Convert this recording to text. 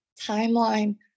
timeline